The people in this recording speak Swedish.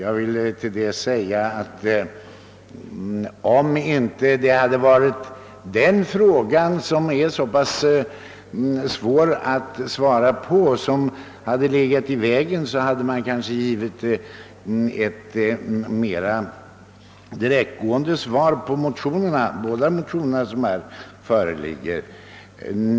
Jag vill till detta säga, att om inte denna fråga, som det är relativt svårt att besvara, så att säga hade legat i vägen hade utskottet kanske kunnat ge ett mer direkt svar på de motioner som föreligger.